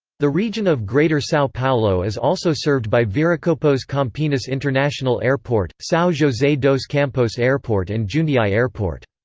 the region of greater sao paulo is also served by viracopos-campinas international airport, sao jose dos campos airport and jundiai airport.